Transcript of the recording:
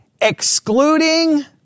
excluding